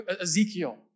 Ezekiel